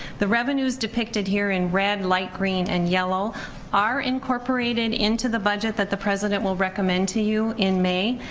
the revenues depicted here in red, light green and yellow are incorporated into the budget that the president will recommend to you in may,